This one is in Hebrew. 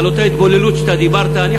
לגבי אותה התבוללות שאתה דיברת עליה,